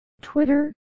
Twitter